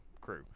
crew